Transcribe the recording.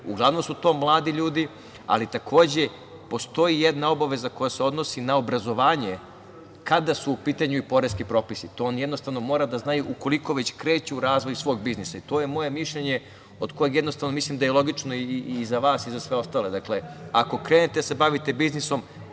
Uglavnom su to mladi ljudi, ali, takođe, postoji jedna obaveza koja se odnosi na obrazovanje kada su u pitanju i poreski propisi. To oni jednostavno moraju da znaju ukoliko već kreću u razvoj svog biznisa. To je moje mišljenje, za koje jednostavno mislim da je logično i za vas i za sve ostale. Dakle, ako krenete da se bavite biznisom,